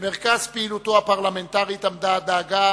במרכז פעילותו הפרלמנטרית עמדה הדאגה